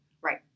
Right